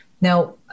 Now